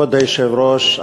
כבוד היושב-ראש,